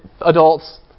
adults